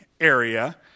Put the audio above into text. area